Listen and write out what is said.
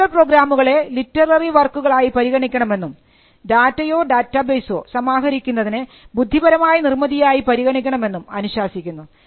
computer പ്രോഗ്രാമുകളെ literary വർക്കുകൾ ആയി പരിഗണിക്കണമെന്നും ഡാറ്റയോ ഡാറ്റാബേസോ സമാഹരിക്കുന്നതിനെ ബുദ്ധിപരമായ നിർമ്മിതിയായി പരിഗണിക്കണമെന്നും അനുശാസിക്കുന്നു